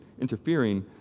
interfering